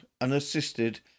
unassisted